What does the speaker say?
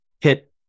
hit